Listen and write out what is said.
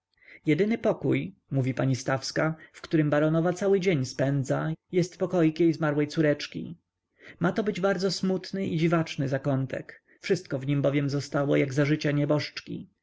jedyny pokój mówi pani stawska w którym baronowa cały dzień spędza jest pokoik jej zmarłej córeczki ma to być bardzo smutny i dziwaczny zakątek wszystko w nim bowiem zostało jak za życia nieboszczki